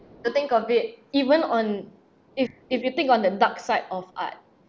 to think of it even on if if you think on the dark side of art